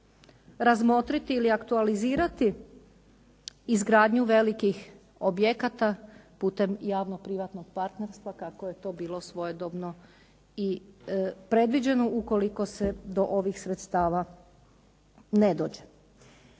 razmotriti ili aktualizirati izgradnju velikih objekata putem javno-privatnog partnerstva kako je to bilo svojedobno i predviđeno ukoliko se do ovih sredstava ne dođe.